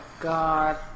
God